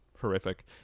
Horrific